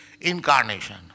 incarnation